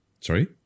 Sorry